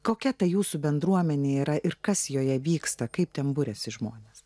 kokia ta jūsų bendruomenė yra ir kas joje vyksta kaip ten buriasi žmonės